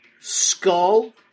skull